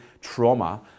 trauma